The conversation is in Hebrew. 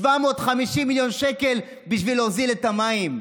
750 מיליון שקל בשביל להוזיל את המים,